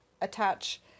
attach